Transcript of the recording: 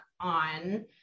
on